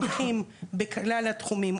מומחים בכל התחומים,